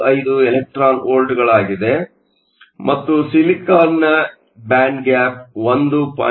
55 electron ವೋಲ್ಟ್ಗಳಾಗಿದೆ ಮತ್ತು ಸಿಲಿಕಾನ್ನ ಬ್ಯಾಂಡ್ ಗ್ಯಾಪ್ 1